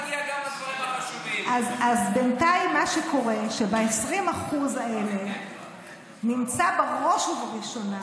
מה שקורה בינתיים הוא שב-20% האלה נמצא בראש ובראשונה,